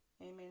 Amen